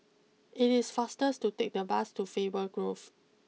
it is faster to take the bus to Faber Grove